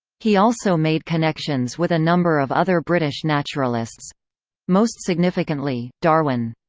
he also made connections with a number of other british naturalists most significantly, darwin.